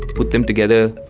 put them together,